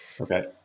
Okay